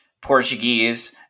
portuguese